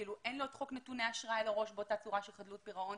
אין לו את חוק נתוני אשראי על הראש באותה צורה של חדלות פירעון,